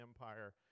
Empire